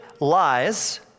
lies